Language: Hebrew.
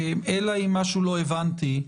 אלא אם לא הבנתי משהו,